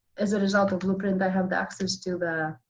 as a result of blueprint, i have access to the